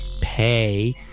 pay